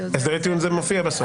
הסדרי טיעון זה כבר מופיע.